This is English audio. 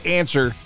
answer